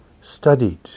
studied